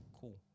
Cool